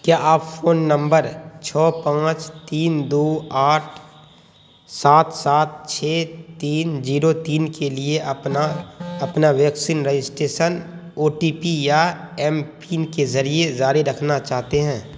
کیا آپ فون نمبر چھ پانچ تین دو آٹھ سات سات چھ تین زیرو تین کے لیے اپنا اپنا vaccine registration O T P یا ایم پن کے ذریعے جاری رکھنا چاہتے ہیں